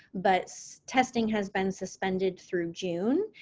but so testing has been suspended through june,